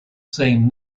same